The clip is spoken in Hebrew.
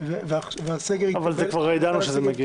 אבל כבר ידענו שזה מגיע.